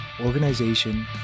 organization